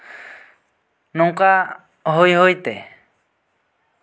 ᱱᱚᱝᱠᱟ ᱦᱩᱭᱼᱦᱩᱭ ᱛᱮ